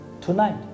Tonight